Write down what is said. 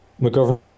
McGovern